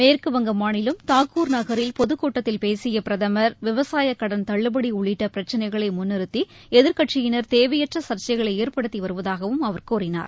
மேற்குவங்க மாநிலம் தாக்கூர் நகரில் பொதுக்கூட்டத்தில் பேசிய பிரதமர் விவசாயக்கடன் தள்ளுபடி உள்ளிட்ட பிரச்சினைகளை முன்நிறத்தி எதிர்க்கட்சியினர் தேவையற்ற சர்சைகளை ஏற்படுக்கி வருவதாகவும் அவர் கூறினார்